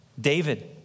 David